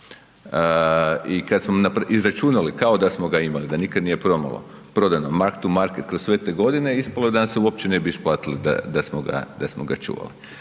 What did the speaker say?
I kada smo izračunali kao da smo ga imali da nikada nije prodano „mark to market“ kroz sve te godine ispalo je da nam se uopće ne bi isplatilo da smo ga čuvali.